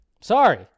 Sorry